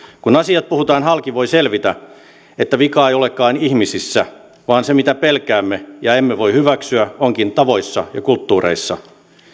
kun asiat puhutaan halki voi selvitä että vika ei olekaan ihmisissä vaan se mitä pelkäämme ja emme voi hyväksyä onkin tavoissa ja kulttuureissa